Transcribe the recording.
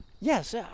yes